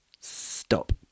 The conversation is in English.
Stop